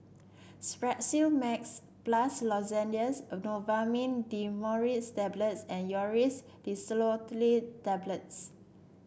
Strepsils Max Plus Lozenges Novomin Dimenhydrinate Tablets and Aerius DesloratadineTablets